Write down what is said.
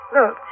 Look